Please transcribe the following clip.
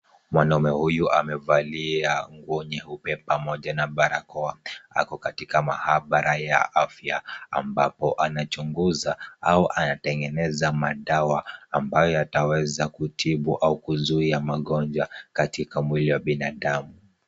Mwanaume huyu amevalia nguo nyeupe pamoja na barakoa, ako katika mahabara ya afya ambapo anachunguza au anatengeneza madawa ambayo yataweza kutibu au kuzuia magonjwa katika mwili wa binadamu.